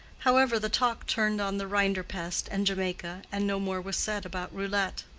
however the talk turned on the rinderpest and jamaica, and no more was said about roulette.